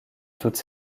toutes